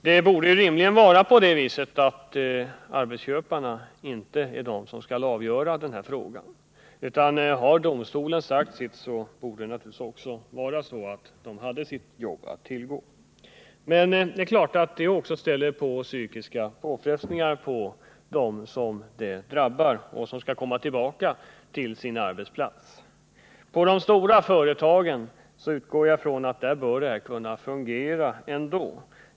Det borde inte vara så att arbetsköparna kan avgöra den här frågan — när domstolen sagt sitt borde det utslaget gälla. Men det är klart att detta också utsätter dem som drabbas för psykiska påfrestningar. På de stora företagen utgår jag ifrån att det här bör kunna fungera.